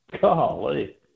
golly